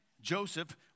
Joseph